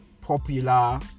popular